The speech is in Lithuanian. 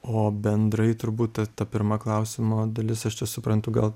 o bendrai turbūt ta ta pirma klausimo dalis aš čia suprantu gal